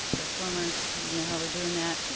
or former i don't know how we're doing that,